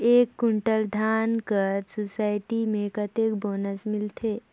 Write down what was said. एक कुंटल धान कर सोसायटी मे कतेक बोनस मिलथे?